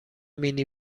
مینی